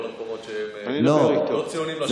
לא על המקומות לא ציונים לשבח.